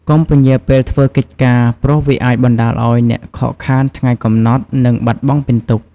កុំពន្យារពេលធ្វើកិច្ចការ ព្រោះវាអាចបណ្តាលឱ្យអ្នកខកខានថ្ងៃកំណត់ និងបាត់បង់ពិន្ទុ។